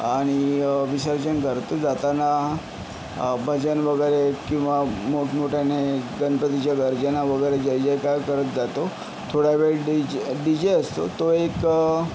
आणि विसर्जन करतो जाताना भजन वगैरे किंवा मोठमोठ्याने गणपतीच्या गर्जना वगैरे जयजयकार करत जातो थोड्यावेळ डी जे डी जे असतो तो एक